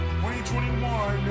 2021